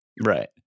Right